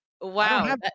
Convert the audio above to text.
Wow